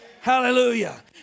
Hallelujah